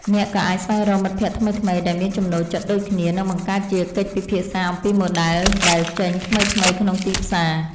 អ្នកក៏អាចស្វែងរកមិត្តភក្ដិថ្មីៗដែលមានចំណូលចិត្តដូចគ្នា និងបង្កើតជាកិច្ចពិភាក្សាអំពីម៉ូដែលដែលចេញថ្មីៗក្នុងទីផ្សារ។